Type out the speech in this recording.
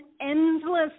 endless